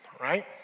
right